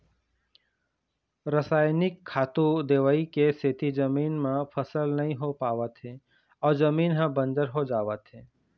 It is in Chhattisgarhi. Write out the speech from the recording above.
रसइनिक खातू, दवई के सेती जमीन म फसल नइ हो पावत हे अउ जमीन ह बंजर हो जावत हे